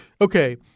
Okay